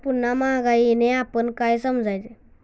पुन्हा महागाईने आपण काय समजायचे?